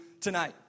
tonight